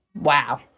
wow